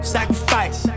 Sacrifice